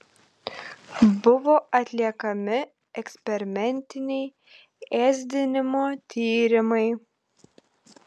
buvo atliekami eksperimentiniai ėsdinimo tyrimai